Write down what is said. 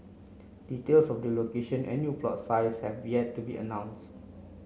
details of the location and new plot sizes have yet to be announced